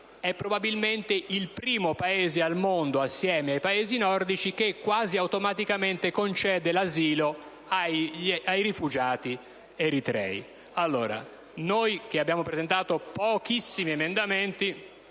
è probabilmente il primo Paese al mondo, assieme ai Paesi nordici, che quasi automaticamente concede l'asilo ai rifugiati eritrei. Noi, che abbiamo presentato pochissimi emendamenti,